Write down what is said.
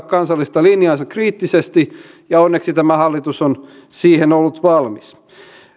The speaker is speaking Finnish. kansallista linjaansa kriittisesti ja onneksi tämä hallitus on siihen ollut valmis